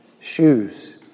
Shoes